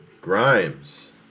Grimes